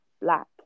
black